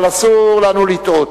אבל אסור לנו לטעות.